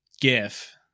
gif